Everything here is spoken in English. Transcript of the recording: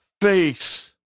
face